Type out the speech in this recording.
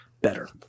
better